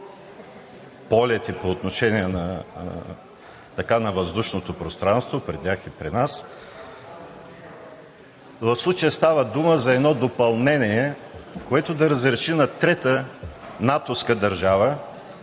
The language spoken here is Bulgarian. полети във въздушното пространство при тях и при нас. В случая става дума за едно допълнение, което да разреши на трета натовска държава,